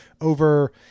over